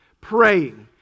Praying